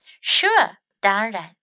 Sure,当然